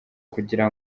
kugira